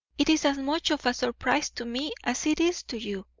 it is as much of a surprise to me as it is to you.